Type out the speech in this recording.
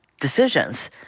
decisions